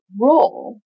role